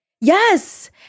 Yes